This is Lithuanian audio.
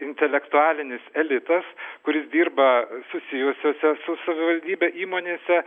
intelektualinis elitas kuris dirba susijusiose su savivaldybe įmonėse